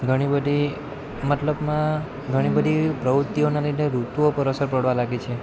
ઘણી બધી મતલબમાં ઘણી બધી પ્રવૃત્તિઓના લીધે ઋતુઓ પર અસર પાડવા લાગી છે